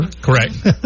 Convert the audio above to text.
Correct